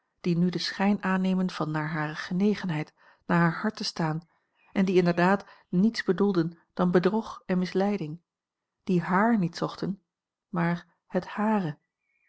die nu den schijn aannemen van naar hare genegenheid naar haar hart te staan en die inderdaad niets bedoelden dan bedrog en misleiding die haar niet zochten maar het hare